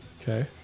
Okay